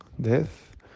death